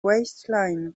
waistline